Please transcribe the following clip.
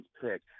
pick